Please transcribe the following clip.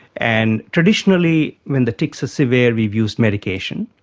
and traditionally when the tics are severe we've used medication,